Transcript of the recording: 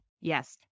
Yes